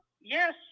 Yes